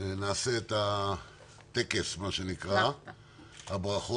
נעשה את הטקס, את הברכות.